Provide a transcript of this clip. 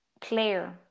player